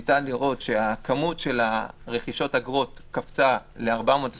ניתן לראות שהכמות של רכישת אגרות קפצה ל-427,